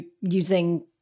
using